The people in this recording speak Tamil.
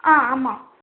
ஆ ஆமாம்